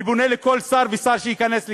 אני פונה לכל שר ושר שייכנס לכאן,